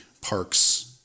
Parks